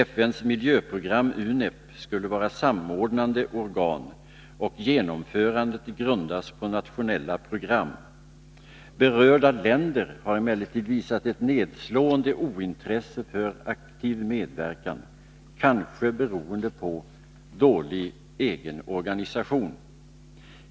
FN:s miljöprogram skulle vara samordnande organ och genomförandet grundas på nationella program. Berörda länder har emellertid visat ett nedslående ointresse för aktiv medverkan, kanske beroende på dålig egen organisation.